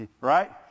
right